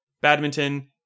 badminton